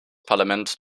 parlament